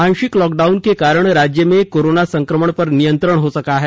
आंशिक लॉकडाउन के कारण राज्य में कोराना संक्रमण पर नियंत्रण हो सका है